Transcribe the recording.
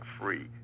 free